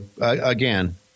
again